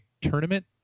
tournament